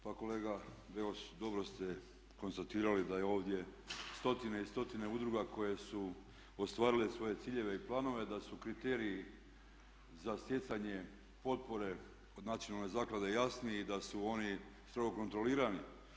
Pa kolega Beus dobro ste konstatirali da je ovdje stotine i stotine udruga koje su ostvarile svoje ciljeve i planove, da su kriteriji za stjecanje potpore kod Nacionalne zaklade jasni i da su oni strogo kontrolirani.